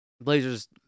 Blazers